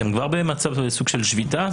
אתם כבר בסוג של שביתה?